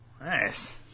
Nice